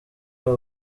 aba